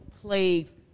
plagues